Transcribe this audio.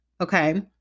okay